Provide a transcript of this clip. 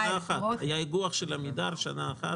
היה איגוח של עמידר במשך שנה אחת.